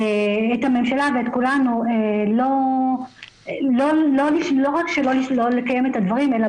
את הממשלה ואת כולנו לא רק לקיים את הדברים אלא